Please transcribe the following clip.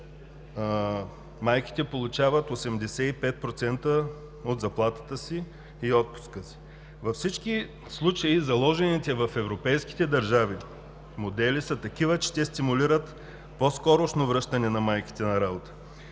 майките получават 85% от заплатата и отпуската си. Във всички случаи заложените в европейските държави модели са такива, че те стимулират по-скорошно връщане на майките на работа